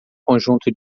conjunto